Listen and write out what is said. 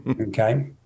Okay